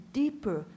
deeper